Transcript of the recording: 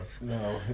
no